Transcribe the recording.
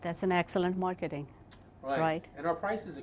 that's an excellent marketing all right and our prices